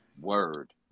Word